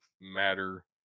matter